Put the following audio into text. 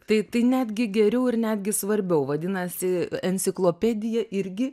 tai tai netgi geriau ir netgi svarbiau vadinasi enciklopedija irgi